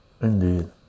Indeed